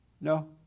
No